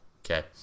okay